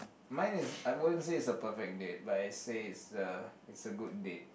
mine is I won't say is a perfect date but I say is a is a good date